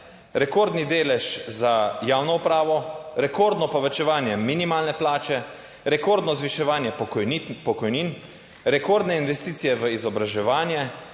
rekordni delež za javno upravo, rekordno povečevanje minimalne plače, rekordno zviševanje pokojnin, pokojnin, rekordne investicije v izobraževanje,